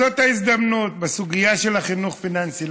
אז זאת ההזדמנות להגיד על סוגיה של החינוך הפיננסי: